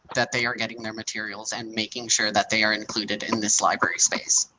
that they are getting their materials and making sure that they are included in this library space?